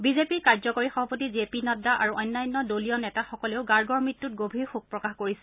বিজেপিৰ কাৰ্যকৰী সভাপতি জে পি নাড্ডা আৰু অন্যান্য দলীয় নেতাসকলেও গাৰ্গৰ মৃত্যুত গভীৰ শোক প্ৰকাশ কৰিছে